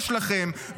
יש לכם,